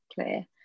Clear